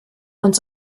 uns